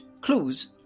clues